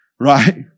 right